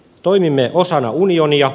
toimimme osana unionia